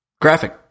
graphic